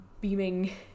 beaming